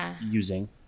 using